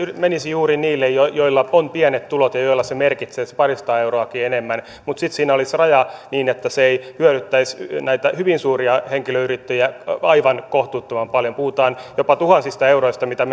menisi juuri niille joilla on pienet tulot ja joille merkitsee se parisataa euroakin enemmän mutta sitten siinä olisi raja niin että se ei hyödyttäisi näitä hyvin suuria henkilöyrittäjiä aivan kohtuuttoman paljon puhutaan jopa tuhansista euroista mitä